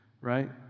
right